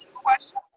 question